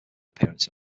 appearance